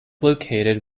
located